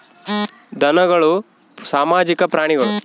ಧನಗಳು ಸಾಮಾಜಿಕ ಪ್ರಾಣಿಗಳು